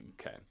Okay